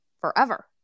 forever